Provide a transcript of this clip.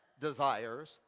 desires